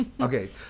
Okay